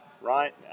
right